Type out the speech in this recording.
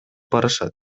барышат